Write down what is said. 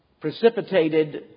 precipitated